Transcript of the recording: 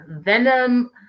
Venom